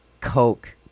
Coke